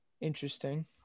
Interesting